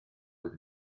oedd